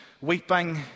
weeping